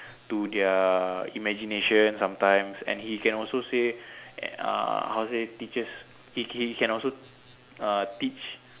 to their imagination sometimes and he can also say uh how to say teaches he he can also uh teach